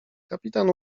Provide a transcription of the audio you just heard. kapitan